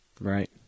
Right